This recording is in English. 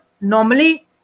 normally